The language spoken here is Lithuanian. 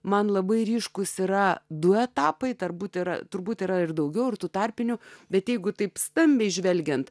man labai ryškūs yra du etapai turbūt yra turbūt yra ir daugiau ir tų tarpinių bet jeigu taip stambiai žvelgiant